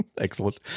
Excellent